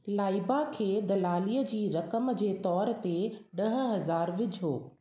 लाइबा खे दलालीअ जी रक़म जे तोरु ते ॾह हज़ार विझो